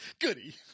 goody